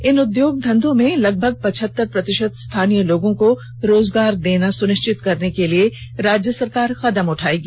इन उद्योग धंधों में लगभग पचहत्तर प्रतिशत स्थानीय लोगों को रोजगार देना सुनिश्चित करने के लिए राज्य सरकार कदम उठाएगी